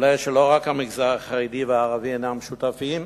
עולה שלא רק המגזר החרדי והערבי אינם שותפים,